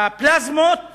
בפלזמות